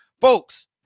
Folks